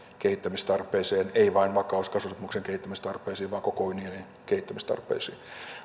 kehittämistarpeisiin emme vain vakaus ja kasvusopimuksen kehittämistarpeisiin vaan koko unionin kehittämistarpeisiin